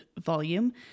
volume